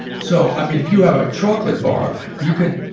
so, i mean, if you have a chocolate bar, you can,